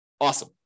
Awesome